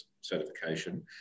certification